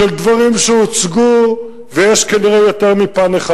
מדברים שהוצגו ויש להם כנראה יותר מפן אחד.